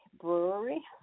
Brewery